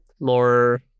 more